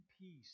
peace